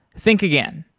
think again.